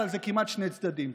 אבל זה כמעט שני צדדים.